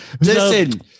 Listen